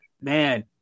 man